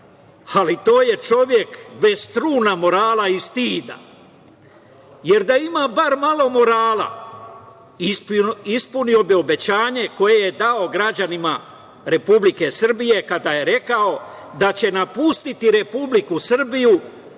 ali to je čovek bez truna morala i stida, jer da ima bar malo morala ispunio bi obećanje koje je dao građanima Republike Srbije, kada je rekao da će napustiti Republiku Srbiju